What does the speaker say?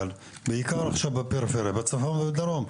אבל עכשיו בעיקר בפריפריה בצפון ובדרום.